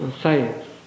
science